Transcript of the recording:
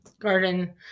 Garden